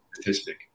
statistic